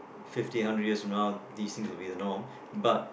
fifty hundred years from now these things will be the norm but